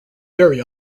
very